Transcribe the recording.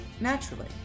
naturally